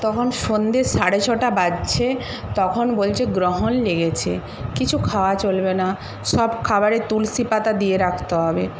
তখন সন্ধ্যে সাড়ে ছটা বাজছে তখন বলছে গ্রহণ লেগেছে কিছু খাওয়া চলবে না সব খাবারে তুলসী পাতা দিয়ে রাখতে হবে